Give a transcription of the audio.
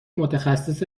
متخصص